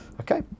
Okay